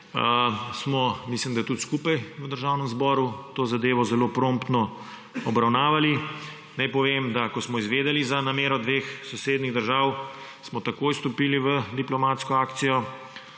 cone, mislim, da smo tudi skupaj v Državnem zboru to zadevo zelo promptno obravnavali. Naj povem, ko smo izvedeli za namero dveh sosednjih držav, smo takoj stopili v diplomatsko akcijo,